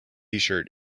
tshirt